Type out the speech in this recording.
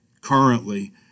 currently